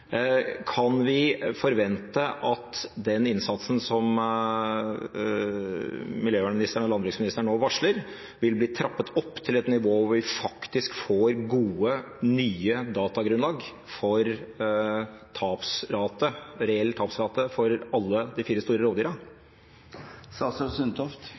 Kan vi forvente at den innsatsen som miljøvernministeren og landbruksministeren nå varsler, vil bli trappet opp til et nivå hvor vi faktisk får gode, nye datagrunnlag for reell tapsrate for alle de fire store